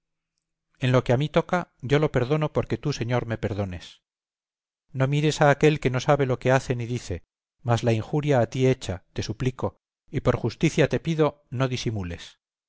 en lo que a mí toca yo lo perdono porque tú señor me perdones no mires a aquél que no sabe lo que hace ni dice mas la injuria a ti hecha te suplico y por justicia te pido no disimules